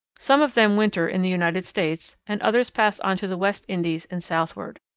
some of them winter in the united states, and others pass on to the west indies and southward.